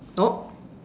nope